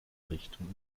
richtung